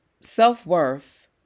self-worth